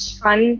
fun